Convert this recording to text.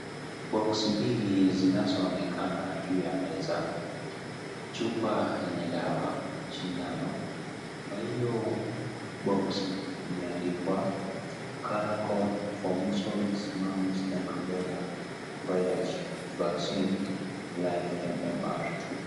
Boksi mbili zinazoonekaa juu ya meza chupa yenye dawa sindano kwa hio boksi imeandikwa colour code for measles mumps and rubella vaccine live MMR two .